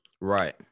right